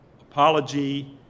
apology